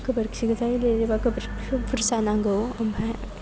गोबोरखि गोजायै लिरोबा गोबोरखिखौ बुरजा नांगौ ओमफ्राय